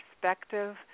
perspective